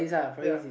ya